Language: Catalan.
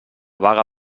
vaga